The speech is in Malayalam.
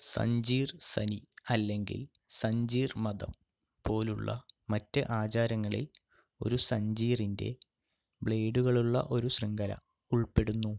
സഞ്ജീർ സനി അല്ലെങ്കിൽ സഞ്ജീർ മതം പോലുള്ള മറ്റ് ആചാരങ്ങളിൽ ഒരു സഞ്ജീറിൻ്റെ ബ്ലേഡുകളുള്ള ഒരു ശൃംഖല ഉൾപ്പെടുന്നു